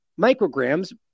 micrograms